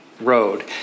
road